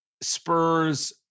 Spurs